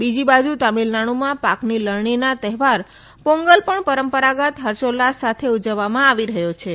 બીજી બાજી તમિલનાડુમાં પાકની લણણીના તહેવાર પોંગલ પણ પરંપરાગત ફર્ષોલ્લાસ સાથે ઉજવવામાં આવી રહ્યોછે